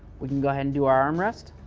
we can go ahead and do our arm rest.